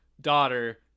daughter